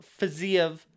Faziev